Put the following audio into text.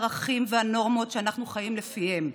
הערכים והנורמות שאנחנו חיים לפיהם,